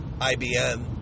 IBM